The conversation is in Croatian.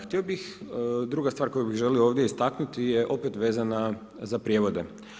Htio bih, druga stvar koji bih želio ovdje istaknuti je opet vezana za prijevode.